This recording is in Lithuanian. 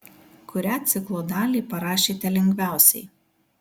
kurią ciklo dalį parašėte lengviausiai